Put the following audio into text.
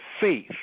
faith